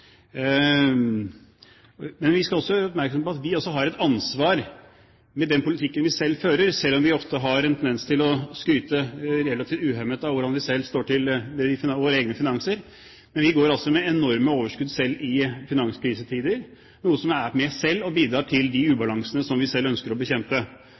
men vi skal være oppmerksomme på at vi også har et ansvar med den politikken vi selv fører, selv om vi ofte har en tendens til å skryte relativt uhemmet av hvordan det står til med våre egne finanser. Vi går altså med enorme overskudd selv i finanskrisetider, noe som i seg selv er med og bidrar til de ubalansene som vi selv ønsker å bekjempe.